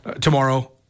tomorrow